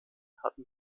hatten